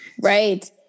Right